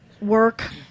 work